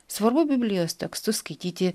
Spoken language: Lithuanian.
svarbu biblijos tekstus skaityti